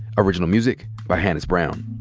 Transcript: original music by hannis brown.